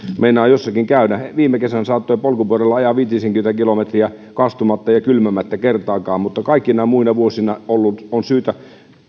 meinaa jossakin käydä viime kesänä saattoi polkupyörällä ajaa viitisenkymmentä kilometriä kastumatta ja kylmämättä kertaakaan mutta kaikkina muina vuosina on syytä